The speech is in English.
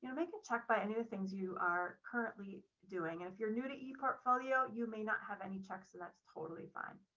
and make a check by any things you are currently doing. and if you're new to eportfolio, you may not have any checks, so and that's totally fine.